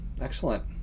excellent